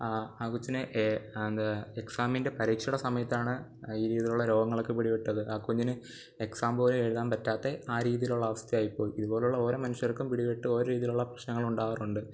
ആ കൊച്ചിനെ എന്തുവാ എക്സാമിന്റെ പരീക്ഷയുടെ സമയത്താണ് ഇതുപോലത്തെ രോഗങ്ങളൊക്കെ പിടിപെട്ടത് ആ കുഞ്ഞിന് എക്സാം പോലും എഴുതാൻ പറ്റാത്ത ആ രീതിയിലുള്ള അവസ്ഥയായിപ്പോയി ഇതുപോലെയുള്ള ഓരോ മനുഷ്യർക്കും പിടിപെട്ടതു ഓരോ രീതിയിലുള്ള പ്രശ്നങ്ങള് ഉണ്ടാകാറുണ്ട്